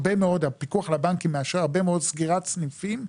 הפיקוח על הבנקים מאשר הרבה מאוד סגירת סניפים,